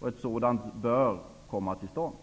avtal bör komma till stånd.